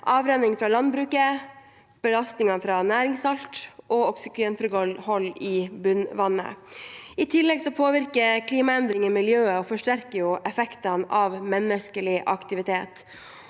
avrenning fra landbruket, belastningen fra næringssalter og oksygeninnhold i bunnvannet. I tillegg påvirker klimaendringer miljøet og forsterker effektene av menneskelig aktivitet.